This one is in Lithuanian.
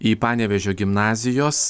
į panevėžio gimnazijos